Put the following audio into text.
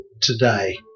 today